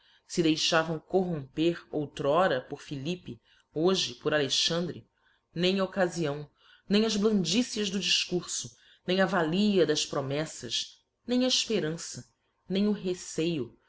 fe deixavam corromper outr'ora por philippc hoje por alexandre nem a occaíião nem as blandicias do difcurfo nem a valia das promeffas nem a efpcrança nem o receio